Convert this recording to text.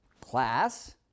class